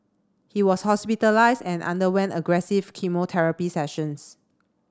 he was hospitalised and underwent aggressive chemotherapy sessions